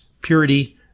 purity